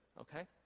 okay